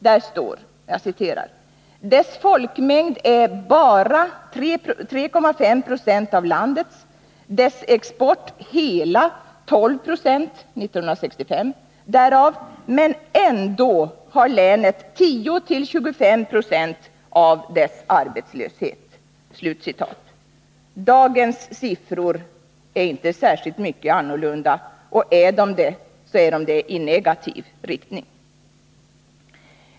Där står: ”Dess folkmängd är bara 3,5 Je av landets, dess export hela 12 90 därav, men ändå har länet 10-25 960 av dess arbetslöshet.” Dagens siffror är inte särskilt mycket annorlunda, och är de det så är de det i negativ riktning.